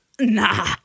nah